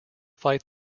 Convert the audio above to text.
fight